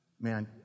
man